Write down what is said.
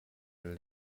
den